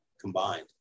combined